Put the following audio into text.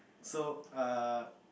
so err